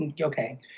okay